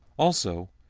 also,